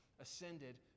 ascended